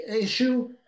issue